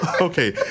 Okay